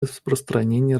распространения